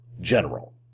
General